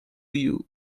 you